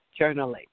Journaling